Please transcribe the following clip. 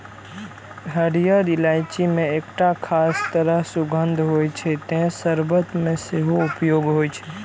हरियर इलायची मे एकटा खास तरह सुगंध होइ छै, तें शर्बत मे सेहो उपयोग होइ छै